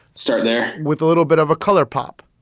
start there with a little bit of a color pop.